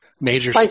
major